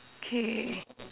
K